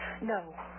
No